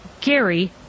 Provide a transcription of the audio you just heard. Gary